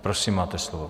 Prosím, máte slovo.